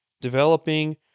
developing